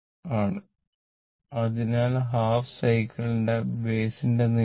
ആണ് അതിനാൽ half cycle ന്റെ ബൈസ് ന്റെ നീളം